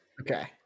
Okay